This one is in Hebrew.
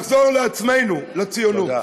לחזור לעצמנו, לציונות.